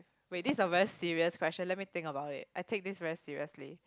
wait this is a very serious question let me think about it I take this very seriously